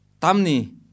Tamni